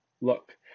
Look